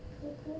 cool cool